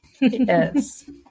Yes